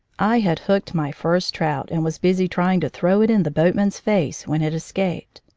i had hooked my first trout and was busy trying to throw it in the boatman's face when it escaped.